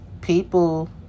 people